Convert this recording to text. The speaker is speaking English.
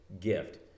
gift